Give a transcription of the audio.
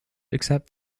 except